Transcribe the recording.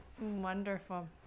wonderful